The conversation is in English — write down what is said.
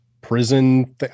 prison